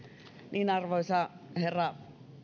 hyvä arvoisa herra